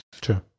True